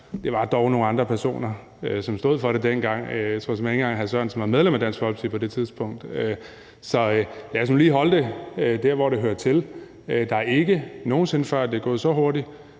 det var dog nogle andre personer, som stod for det dengang. Jeg tror sådan set ikke engang, at hr. Mikkel Bjørn var medlem af Dansk Folkeparti på det tidspunkt. Så lad os nu lige holde det der, hvor det hører til. Det er aldrig nogen sinde før gået så hurtigt